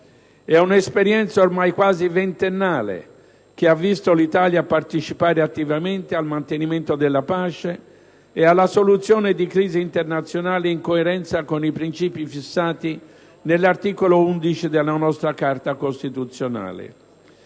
È un'esperienza oramai quasi ventennale che ha visto l'Italia partecipare attivamente al mantenimento della pace e alla soluzione di crisi internazionali in coerenza con i principi fissati nell'articolo 11 della nostra Carta costituzionale.